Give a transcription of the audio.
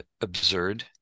absurd